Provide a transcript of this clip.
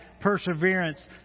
perseverance